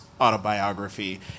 autobiography